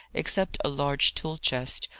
except a large tool-chest,